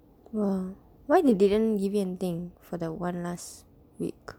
!wah! why they didn't give anything for the one last week